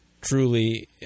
truly